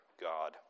God